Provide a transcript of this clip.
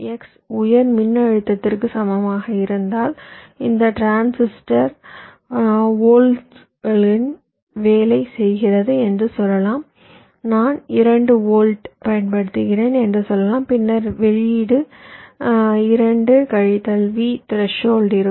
X உயர் மின்னழுத்தத்திற்கு சமமாக இருந்தால் இந்த டிரான்சிஸ்டர் 2 வோல்ட்டுகளில் வேலை செய்கிறது என்று சொல்லலாம் நான் 2 வோல்ட் பயன்படுத்துகிறேன் என்று சொல்லலாம் பின்னர் வெளியீடு 2 கழித்தல் V த்ரெஷோல்ட் இருக்கும்